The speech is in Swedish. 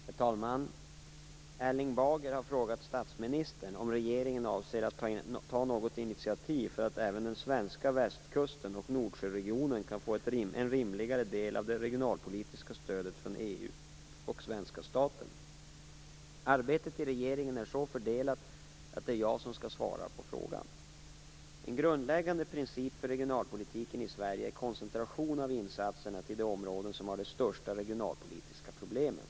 Herr talman! Erling Bager har frågat statsministern om regeringen avser att ta något initiativ för att även den svenska västkusten och Nordsjöregionen kan få en rimligare del av det regionalpolitiska stödet från EU och svenska staten. Arbetet i regeringen är så fördelat att det är jag som skall svara på frågan. En grundläggande princip för regionalpolitiken i Sverige är koncentration av insatserna till de områden som har de största regionalpolitiska problemen.